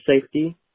safety